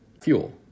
Fuel